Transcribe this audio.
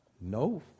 No